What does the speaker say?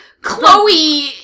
Chloe